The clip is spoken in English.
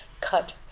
cut